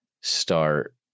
start